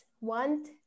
want